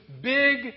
big